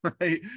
right